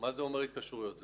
מה זה אומר, התקשרויות?